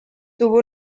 tuvo